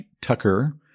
Tucker